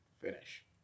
Finish